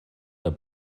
der